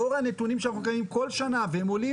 לאור הנתונים שאנחנו מקבלים כל שנה והם עולים